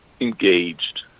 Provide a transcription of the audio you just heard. engaged